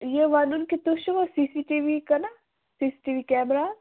یہِ وَنُن کہِ تُہۍ چھِوا سی سی ٹی وی کٕنان C C T V camera